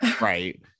right